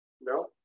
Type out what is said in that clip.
No